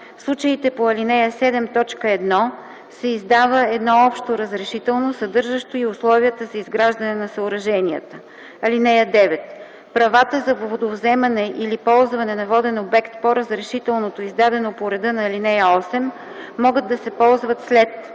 случаите по ал. 7, т. 1 се издава едно общо разрешително, съдържащо и условията за изграждане на съоръженията. (9) Правата за водовземане или ползване на воден обект по разрешителното, издадено по реда на ал. 8 могат да се ползват след: